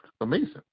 amazing